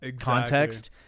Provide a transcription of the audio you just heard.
context